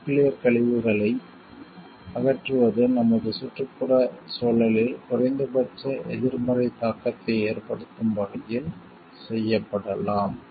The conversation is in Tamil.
நியூக்கிளியர் க்கழிவுகளை அகற்றுவது நமது சுற்றுச்சூழலில் குறைந்தபட்ச எதிர்மறை தாக்கத்தை ஏற்படுத்தும் வகையில் செய்யப்படலாம்